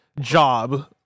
job